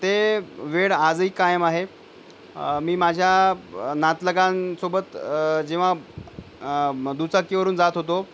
ते वेड आजही कायम आहे मी माझ्या नातलगांसोबत जेव्हा दुचाकीवरून जात होतो